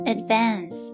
Advance